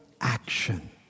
action